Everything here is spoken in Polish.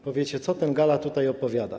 Powiecie: Co ten Galla tutaj opowiada?